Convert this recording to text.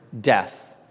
death